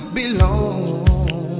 belong